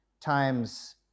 times